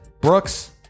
brooks